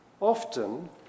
Often